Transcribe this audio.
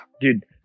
Dude